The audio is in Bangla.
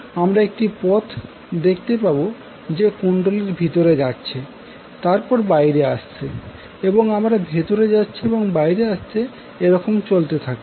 আমরা একটি পথ দেখতে পাবো যে কুন্ডলী ভিতরে যাচ্ছে এবং তারপর বাইরে আসছে এবং আবার ভেতরে যাচ্ছে এবং বাইরে আসছে এই রকম চলতে থাকে